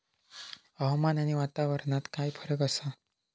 हवामान आणि वातावरणात काय फरक असा?